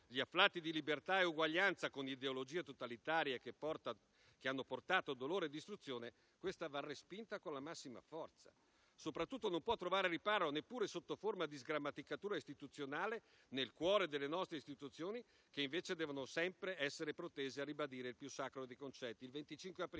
gli afflati di libertà e uguaglianza con le ideologie totalitarie che hanno portato dolore e distruzione, va respinta con la massima forza. Soprattutto non può trovare riparo, neppure sotto forma di sgrammaticatura istituzionale, nel cuore delle nostre istituzioni, che invece devono sempre essere protese a ribadire il più sacro dei concetti.